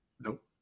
Nope